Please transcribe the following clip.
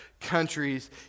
countries